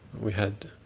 we had